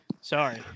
Sorry